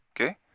Okay